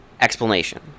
explanation